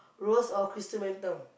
rose or chrysanthemum